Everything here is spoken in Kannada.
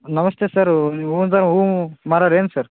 ನಮಸ್ತೇ ಸರ್ ನೀವು ಹ್ಞೂ ಅಂತ ಹೂವು ಮಾರರೇನು ಸರ್